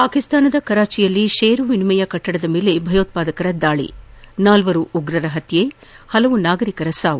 ಪಾಕಿಸ್ತಾನದ ಕರಾಚಿಯಲ್ಲಿ ಷೇರು ವಿನಿಮಯ ಕಟ್ಸದದ ಮೇಲೆ ಭಯೋತ್ಪಾದಕರ ದಾಳಿ ನಾಲ್ಲರು ಭಯೋತ್ಪಾದಕರ ಹತ್ಯೆ ಹಲವು ನಾಗರಿಕರ ಸಾವು